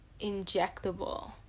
injectable